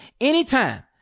anytime